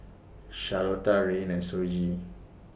Rayne and Shoji